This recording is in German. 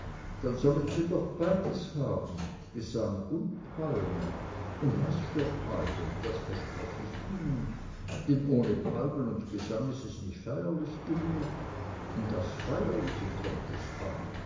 dann sollen sie doch beides haben gesang und palme und was für palmen das versprech ich ihnen denn ohne palmen und gesang ist es nicht feierlich genug und aufs feierliche kommt es an